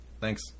Thanks